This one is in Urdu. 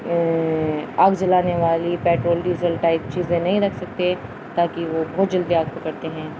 آگ جلانے والی پیٹرول ڈیزل ٹائپ چیزیں نہیں رکھ سکتے تاکہ وہ بہت جلدی آگ کو کرتے ہیں